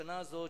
השנה הזאת,